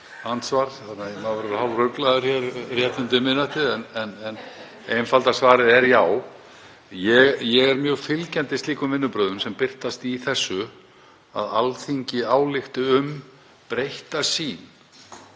andsvar svo maður verður hálfruglaður hér rétt eftir miðnætti. En einfalda svarið er já. Ég er mjög fylgjandi slíkum vinnubrögðum sem birtast í þessu, að Alþingi álykti um breytta sýn